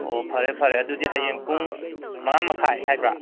ꯑꯣ ꯐꯔꯦ ꯐꯔꯦ ꯑꯗꯨꯗꯤ ꯍꯌꯦꯡ ꯄꯨꯡ ꯃꯉꯥꯃꯈꯥꯏ ꯍꯥꯏꯕ꯭ꯔꯥ